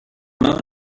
moon